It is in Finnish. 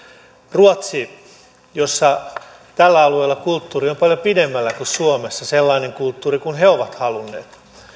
ruotsissa jossa tällä alueella kulttuuri on paljon pidemmällä kuin suomessa sellainen kulttuuri kuin he ovat halunneet